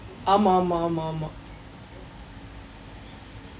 ஆமாம் ஆமாம் ஆமாம் ஆமாம்:aamaam aamaam aamaam aamaam